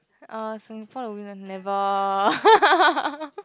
uh Singapore will be like never